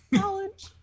College